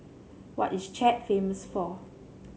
what is Chad famous for